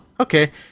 Okay